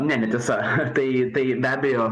ne netiesa tai tai be abejo